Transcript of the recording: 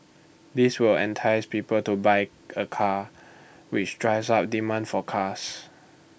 this will entice people to buy A car which drives up demand for cars